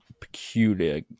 peculiar